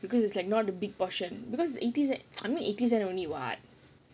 because it's like not a big portion because eighty cent I mean eighty cent only [what]